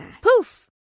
Poof